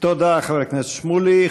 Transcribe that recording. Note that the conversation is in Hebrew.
תודה, חבר הכנסת שמולי.